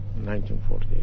1948